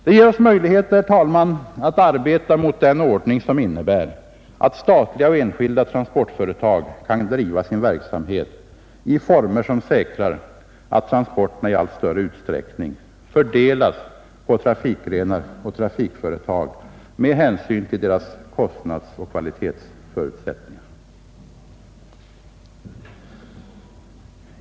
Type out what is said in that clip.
De ger oss möjlighet, herr talman, att arbeta under den ordning som innebär, att statliga och enskilda transportföretag kan driva sin verksamhet i former som säkrar att transporterna i allt större utsträckning fördelas på trafikgrenar och trafikföretag med hänsyn till deras kostnadsoch kvalitetsförutsättningar.